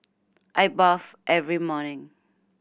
I bathe every morning